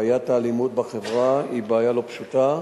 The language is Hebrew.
בעיית האלימות בחברה היא בעיה לא פשוטה,